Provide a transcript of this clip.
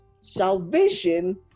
salvation